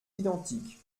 identiques